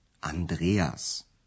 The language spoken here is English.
Andreas